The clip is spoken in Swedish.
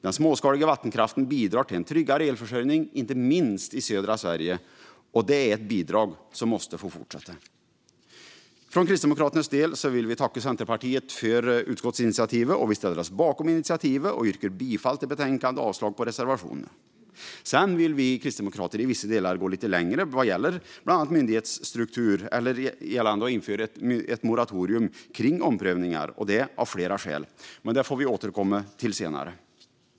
Den småskaliga vattenkraften bidrar till en tryggare elförsörjning, inte minst i södra Sverige, och det är ett bidrag som måste få fortsätta. Kristdemokraterna vill tacka Centerpartiet för utskottsinitiativet. Vi ställer oss bakom det och yrkar bifall till förslaget i betänkandet och avslag på reservationerna. Sedan vill vi kristdemokrater gå lite längre i vissa delar vad gäller bland annat myndighetsstrukturen och att införa ett moratorium kring omprövningar, detta av flera skäl, men vi får återkomma till det senare.